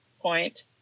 point